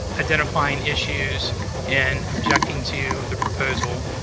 identifying issues and objecting to the proposal.